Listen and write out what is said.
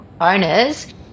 owners